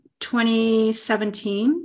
2017